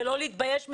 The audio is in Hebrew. ולא להתבייש בזה.